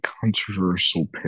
controversial